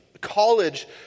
college